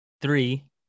three